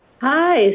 Hi